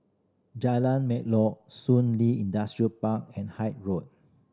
Jalan Melor Shun Li Industrial Park and Hythe Road